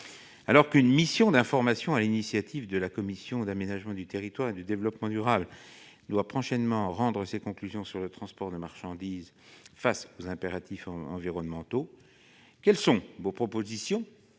Alors qu'une mission d'information créée sur l'initiative de la commission de l'aménagement du territoire et du développement durable doit prochainement rendre ses conclusions sur le transport de marchandises face aux impératifs environnementaux, quelles sont vos propositions